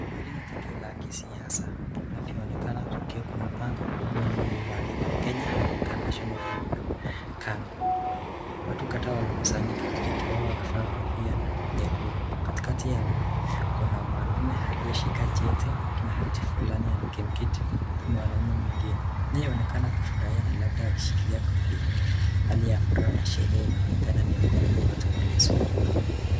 Hili ni tukio la kisiasa, kunavyoonekana kuna bango kubwa nyuma ambalo limeandikwa Kenya African National Union KANU watu kadhaa wamekusanyika, wengi wao wakivaa kofia nyekundu katikakati yao, kuna mwanaume aliye shika cheti na hati fulani akimkabidhi mwanume mwingine anayeonekana akiwa amefurahia, hali ya sherehe inaonekana miongoni mwa watu waliomzunguka.